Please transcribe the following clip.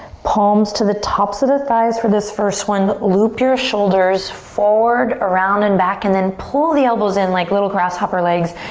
palms to the tops of the thighs for this first one. loop your shoulders forward, around and back and then pull the elbows in like little grasshopper legs.